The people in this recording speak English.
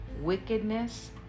wickedness